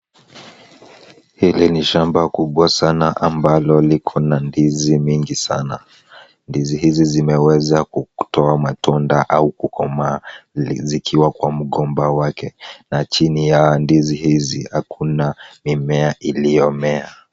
Hili ni shamba kubwa sana ambalo liko na ndizi mingi sana. Ndizi hizi zimeweza kutoa matunda au kukomaa zikiwa kwa mgomba wake na chini ya ndizi hizi hakuna mimea iliyomea.